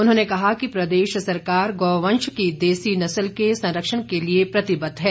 उन्होंने कहा कि प्रदेश सरकार गौवंश की देसी नस्ल के संरक्षण के लिए प्रतिबद्व है